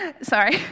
Sorry